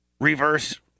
reverse